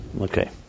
Okay